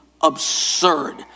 absurd